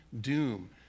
doom